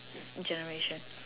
generation